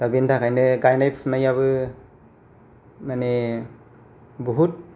दा बेनि थाखायनो गायनाय फुनायाबो माने बहुद